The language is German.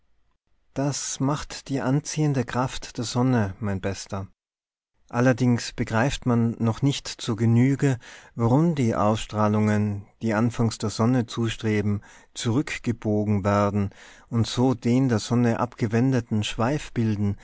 das macht die anziehende kraft der sonne mein bester allerdings begreift man noch nicht zur genüge warum die ausstrahlungen die anfangs der sonne zustreben zurückgebogen werden und so den der sonne abgewendeten schweif bilden